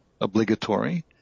obligatory